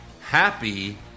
Happy